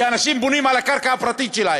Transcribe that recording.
כי אנשים בונים על הקרקע הפרטית שלהם.